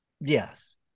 Yes